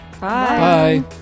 Bye